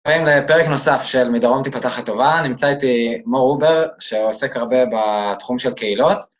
לפרק נוסף של מדרום תפתח הטובה, נמצא איתי מור הובר, שעוסק הרבה בתחום של קהילות.